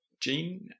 Gene